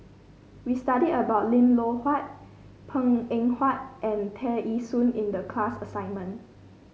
we studied about Lim Loh Huat Png Eng Huat and Tear Ee Soon in the class assignment